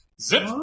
Zip